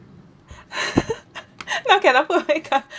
now cannot put makeup